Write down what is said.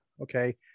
okay